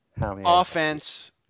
Offense